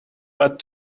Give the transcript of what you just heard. but